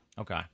Okay